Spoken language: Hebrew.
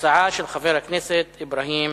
הצעה של חבר הכנסת אברהים